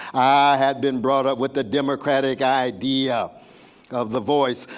had been brought up with the democratic idea of the voice,